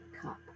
cup